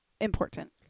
important